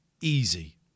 easy